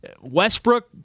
Westbrook